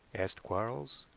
asked quarles.